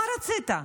מה רצית?